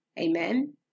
Amen